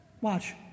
Watch